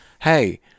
Hey